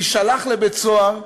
להישלח לבית-סוהר,